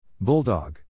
Bulldog